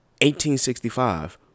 1865